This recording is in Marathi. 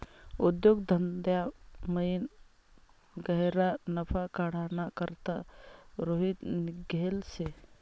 उद्योग धंदामयीन गह्यरा नफा काढाना करता रोहित निंघेल शे